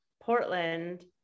Portland